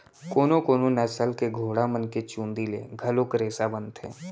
कोनो कोनो नसल के घोड़ा मन के चूंदी ले घलोक रेसा बनथे